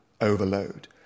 overload